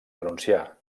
renunciar